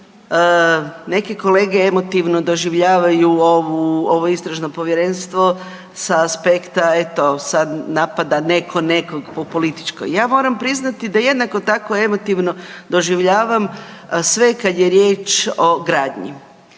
neki kolege emotivno doživljavaju ovo Istražno povjerenstvo s aspekta eto, sad napada netko nekog po političkoj, ja moram priznati da jednako tako emotivno doživljavam sve kad je riječ o gradnji.